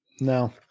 No